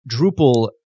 Drupal